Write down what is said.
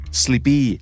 sleepy